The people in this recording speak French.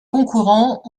concurrents